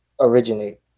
originate